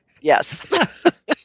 Yes